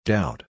Doubt